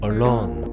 Alone